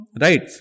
right